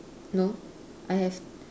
no I have